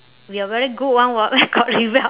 we are very good one [what] where got rebel